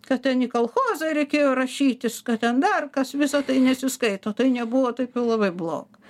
kad ten į kolchozą reikėjo rašytis kad ten dar kas visa tai nesiskaito tai nebuvo taip ir labai bloga